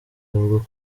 bavuga